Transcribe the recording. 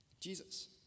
Jesus